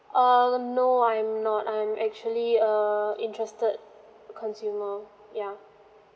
um no I'm not I'm actually err interested consumer yeah